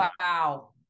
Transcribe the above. Wow